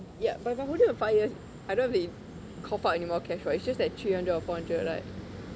ya but but wouldn't the five years I don't have to cough out anymore cash [what] it's just that three hundred or four hundred right